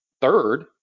third